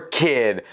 kid